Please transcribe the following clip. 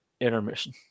intermission